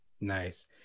nice